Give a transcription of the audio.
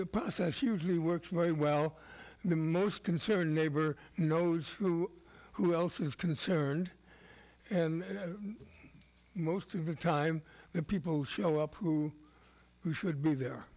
the process usually works very well the most concerned neighbor knows who who else is concerned and most of the time the people show up who should be there